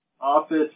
Office